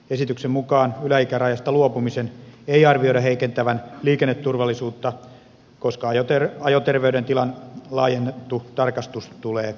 esityksen mukaan yläikärajasta luopumisen ei arvioida heikentävän liikenneturvallisuutta koska ajoterveydentilan laajennettu tarkastus tulee voimaan